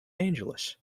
angeles